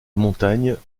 montagne